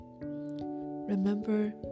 remember